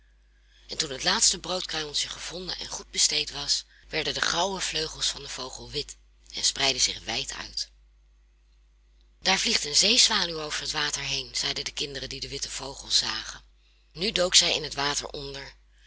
en toen het laatste broodkruimeltje gevonden en goed besteed was werden de grauwe vleugels van den vogel wit en spreidden zich wijd uit daar vliegt een zeezwaluw over het water heen zeiden de kinderen die den witten vogel zagen nu dook zij in het water onder